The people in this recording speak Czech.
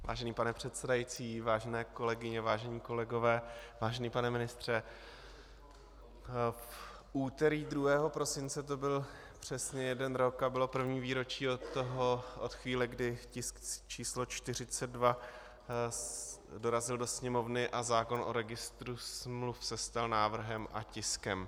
Vážený pane předsedající, vážené kolegyně, vážení kolegové, vážený pane ministře, v úterý 2. prosince to byl přesně jeden rok a bylo první výročí od chvíle, kdy tisk číslo 42 dorazil do Sněmovny a zákon o registru smluv se stal návrhem a tiskem.